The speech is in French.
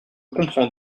comprends